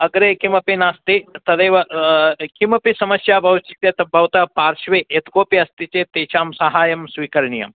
अग्रे किमपि नास्ति तदेव कापि समस्या भवति चेत् भवतः पार्श्वे यः कोऽपि अस्ति चेत् तेषां सहायं स्वीकरणीयम्